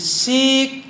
seek